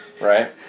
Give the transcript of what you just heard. right